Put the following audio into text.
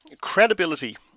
credibility